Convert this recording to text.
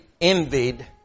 envied